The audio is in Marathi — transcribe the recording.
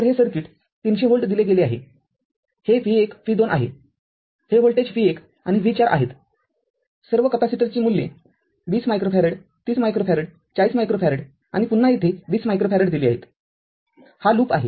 तर हे सर्किट ३०० व्होल्ट दिले गेले आहे हे v१ v२ आहे हे व्होल्टेज v१ आणि v४आहेत सर्व कॅपेसिटरची मूल्ये २० मायक्रोफॅरेड३० मायक्रोफॅरेड४० मायक्रोफॅरेडआणि पुन्हा येथे २० मायक्रोफॅरेड दिली आहेत हा लूप आहे